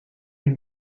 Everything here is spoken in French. une